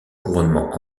couronnement